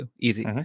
Easy